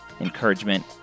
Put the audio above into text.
encouragement